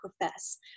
profess